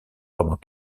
pendant